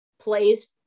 plays